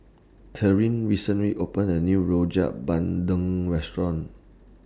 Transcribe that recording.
Tyree recently opened A New Rojak Bandung Restaurant